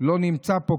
לא נמצא פה,